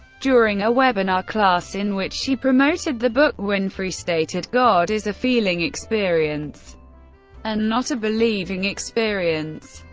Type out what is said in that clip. during a webinar class, in which she promoted the book, winfrey stated god is a feeling experience and not a believing experience.